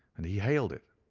and he hailed it.